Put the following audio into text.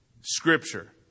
Scripture